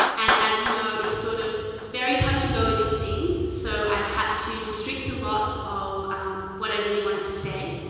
and as you know it's sort of very touch and go with these things, so i've had to restrict a lot of what i really wanted to say,